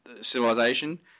civilization